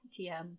tm